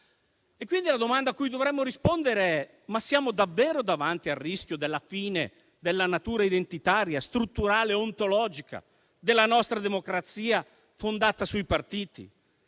sinistra. La domanda a cui dovremmo quindi rispondere è se siamo davvero davanti al rischio della fine della natura identitaria, strutturale e ontologica della nostra democrazia fondata sui partiti: